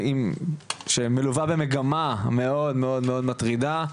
שמלווה במגמה מאוד מאוד מטרידה,